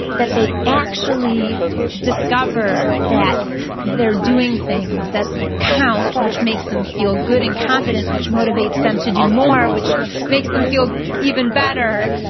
that they actually discover that they're doing things that count, which makes them feel good and confident, which motivates them to do more, which makes them feel even better.